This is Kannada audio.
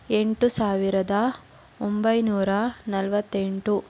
ಎಂಟು ಸಾವಿರದ ಒಂಬೈನೂರ ನಲ್ವತ್ತೆಂಟು